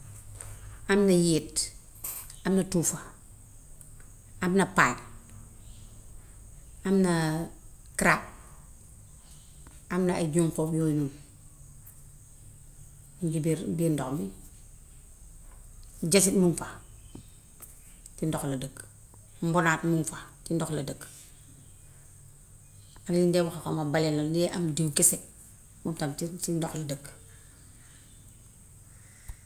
Am na yéet, am na tuufa, am na paañ, am na crabe, am na ay juŋqoom yooyu noonu, bu jugee ci biir ndox mi. Jasit muŋ fa ci ndox la dëkk, mbonaat muŋ fa. Ci ndox la dëkk. Liñ de wax xaw ma baleine de am diw kese. Moom tam ci ci ndox la dëkk.